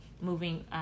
moving